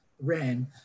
ran